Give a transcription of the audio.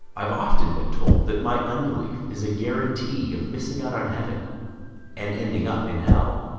i've often been told that my unbelief is a guarantee of missing out on heaven and ending up in hell